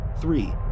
Three